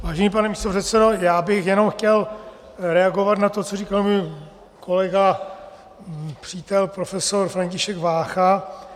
Vážený pane místopředsedo, já bych jenom chtěl reagovat na to, co říkal můj kolega, přítel, profesor František Vácha.